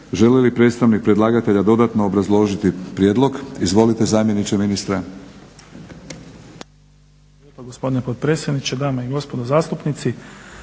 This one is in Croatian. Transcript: Želi li predstavnik predlagatelja dodatno obrazložiti prijedlog? Izvolite zamjeniče ministra.